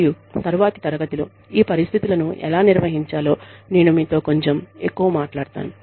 మరియు తరువాతి తరగతిలో ఈ పరిస్థితులను ఎలా నిర్వహించాలో నేను మీతో కొంచెం ఎక్కువ మాట్లాడతాను